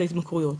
ההתמכרויות.